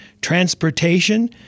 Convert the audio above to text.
transportation